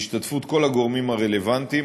בהשתתפות כל הגורמים הרלוונטיים,